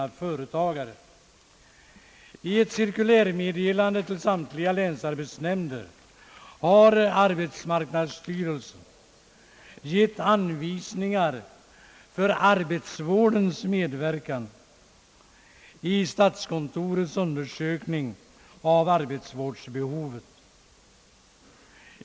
I ett cirkulärmeddelande till samtliga länsarbetsnämnder har = arbetsmarknadsstyrelsen gett anvisningar för arbetsvårdens medverkan i statskontorets undersökning av arbetsvårdsbehovet.